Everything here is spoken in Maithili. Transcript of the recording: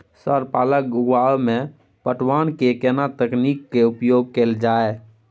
सर पालक उगाव में पटवन के केना तकनीक के उपयोग कैल जाए?